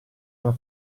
alla